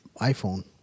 iPhone